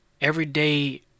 everyday